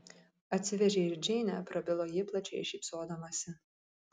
atsivežei ir džeinę prabilo ji plačiai šypsodamasi